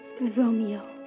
Romeo